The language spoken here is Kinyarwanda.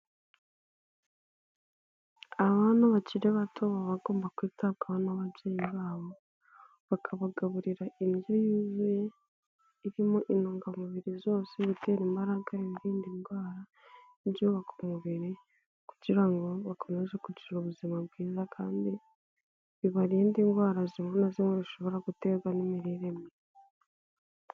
Abana bakiri bato baba bagomba kwitabwaho n'ababyeyi babo, bakabagaburira indyo yuzuye, irimo intungamubiri zose: ibitera imbaraga, ibirinda indwara n'ibyubaka umubiri ,kugira ngo bakomeze kugira ubuzima bwiza kandi bibarinde indwara zimwe na zimwe, zishobora guterwa n'imirire mibi.